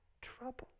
troubled